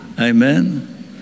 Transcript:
Amen